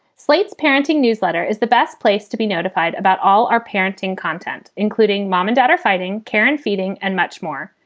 slate's parenting newsletter is the best place to. notified about all our parenting content, including mom and dad are fighting, karen, feting and much more.